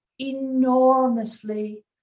enormously